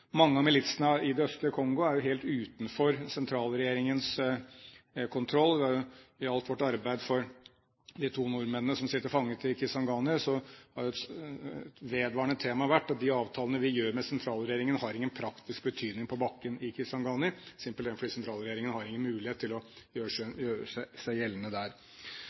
mange av problemene. Mange av militsene i det østlige Kongo er helt utenfor sentralregjeringens kontroll. I alt vårt arbeid for de to nordmennene som sitter fanget i Kisangani, har et vedvarende tema vært at de avtalene vi gjør med sentralregjeringen, har ingen praktisk betydning på bakken i Kisangani, simpelthen fordi sentralregjeringen har ingen mulighet til å gjøre seg gjeldende der.